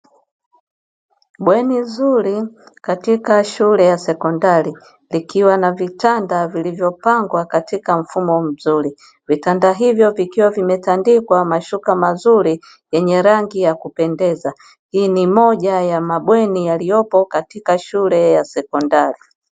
Bweni zuri katika shule ya sekondari likiwa na vitanda vilivyopangwa katika mfumo mzuri, vitanda hivyo vikiwa vimetandikwa mashuka mazuri yenye rangi ya kupendeza hii ni moja ya mabweni yaliyopo katika shule ya sekondari.